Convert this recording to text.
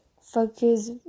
focus